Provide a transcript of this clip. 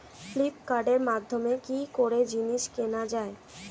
ফ্লিপকার্টের মাধ্যমে কি করে জিনিস কেনা যায়?